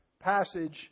passage